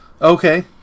Okay